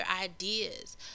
ideas